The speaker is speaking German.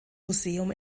museum